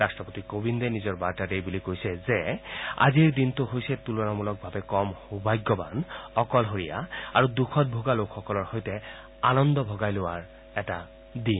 ৰাট্ৰপতি কোবিন্দে নিজৰ বাৰ্তাত এইবুলি কৈছে যে আজিৰ দিনটো হৈছে তুলনামূলকভাৱে কম সৌভাগ্যৱান অকলশৰীয়া আৰু দুখত ভোগা লোকসকলৰ সৈতে আনন্দ ভগাই লোৱাৰ এটা দিন